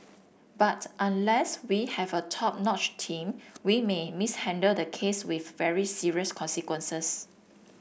but unless we have a top notch team we may mishandle the case with very serious consequences